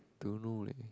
don't know leh